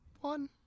One